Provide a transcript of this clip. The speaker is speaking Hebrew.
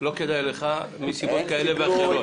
לא כדאי לך, מסיבות כאלה ואחרות.